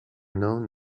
known